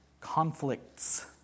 conflicts